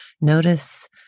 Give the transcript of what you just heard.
notice